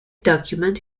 document